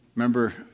Remember